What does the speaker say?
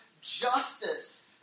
justice